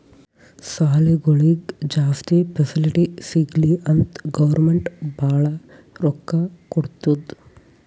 ಸಾಲಿಗೊಳಿಗ್ ಜಾಸ್ತಿ ಫೆಸಿಲಿಟಿ ಸಿಗ್ಲಿ ಅಂತ್ ಗೌರ್ಮೆಂಟ್ ಭಾಳ ರೊಕ್ಕಾ ಕೊಡ್ತುದ್